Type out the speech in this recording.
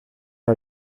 are